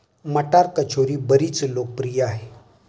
मटार कचोरी बरीच लोकप्रिय आहे